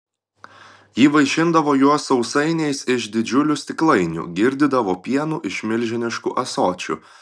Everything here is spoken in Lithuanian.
ji vaišindavo juos sausainiais iš didžiulių stiklainių girdydavo pienu iš milžiniškų ąsočių